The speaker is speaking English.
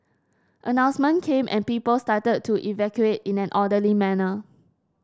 announcement came and people started to evacuate in an orderly manner